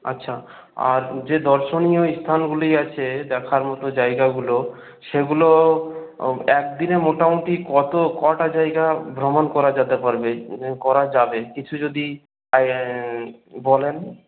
আচ্ছা আর যে দর্শনীয় স্থানগুলি আছে দেখার মত জায়গাগুলো সেগুলো একদিনে মোটামুটি কত কটা জায়গা ভ্রমণ করা যেতে পারবে মানে করা যাবে কিছু যদি বলেন